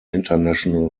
international